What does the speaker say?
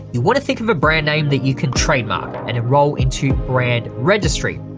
you wanna think of a brand name that you can trademark and enroll into brand registry.